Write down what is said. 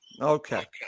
Okay